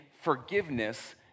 forgiveness